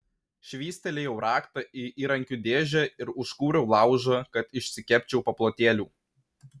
švystelėjau raktą į įrankių dėžę ir užkūriau laužą kad išsikepčiau paplotėlių